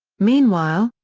meanwhile,